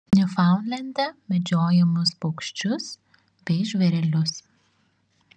niufaundlende medžiojamus paukščius bei žvėrelius